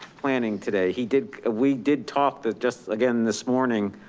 planning today. he did. we did talk that just again, this morning,